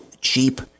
cheap